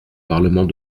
parlement